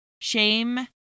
Shame